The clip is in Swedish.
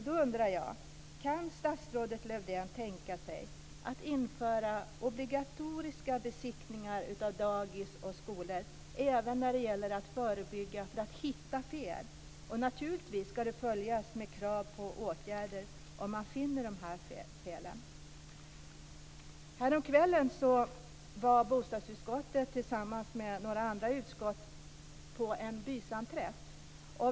Då undrar jag: Kan statsrådet Lövdén tänka sig att införa obligatoriska besiktningar av dagis och skolor även när det gäller att förebygga för att hitta fel? Naturligtvis ska det följas upp med krav på åtgärder om man finner de här felen. Häromkvällen var bostadsutskottet tillsammans med några andra utskott på en BYSAM-träff.